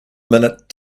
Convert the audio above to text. minute